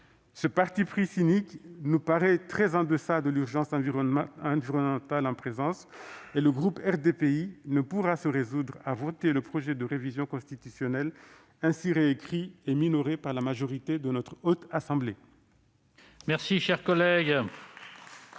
Ce parti pris cynique nous paraît très en deçà de l'urgence environnementale à laquelle nous devons faire face. Le groupe RDPI ne pourra se résoudre à voter le projet de révision constitutionnelle, ainsi réécrit et minoré par la majorité de la Haute Assemblée. La parole est